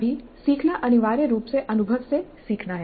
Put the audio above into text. सभी सीखना अनिवार्य रूप से अनुभव से सीखना है